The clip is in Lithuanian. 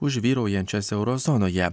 už vyraujančias euro zonoje